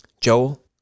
Joel